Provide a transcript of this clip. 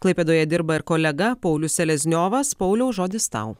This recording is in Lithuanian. klaipėdoje dirba ir kolega paulius selezniovas pauliau žodis tau